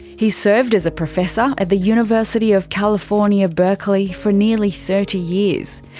he served as a professor at the university of california, berkeley for nearly thirty years,